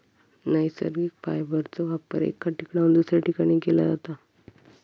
नैसर्गिक फायबरचो वापर एका ठिकाणाहून दुसऱ्या ठिकाणी केला जाता